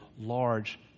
large